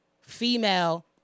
female